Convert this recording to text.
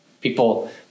People